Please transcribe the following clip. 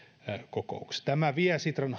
kokouksessa tämä vie sitran